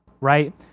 right